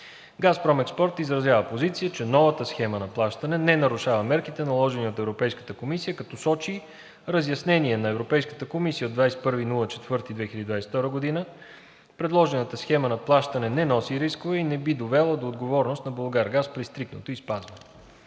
„Газпром Експорт“ изразява позиция, че новата схема на плащане не нарушава мерките, наложени от Европейската комисия, като сочи разяснение на Европейската комисия от 21 април 2022 г. Предложената схема на плащане не носи рискове и не би довела до отговорност на „Булгаргаз“ при стриктното й спазване.